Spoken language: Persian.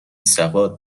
سواد